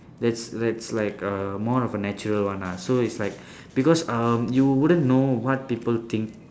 that's that's like a more of a natural one ah so it's like because um you wouldn't know what people think